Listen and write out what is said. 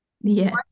yes